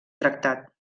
tractat